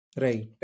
Right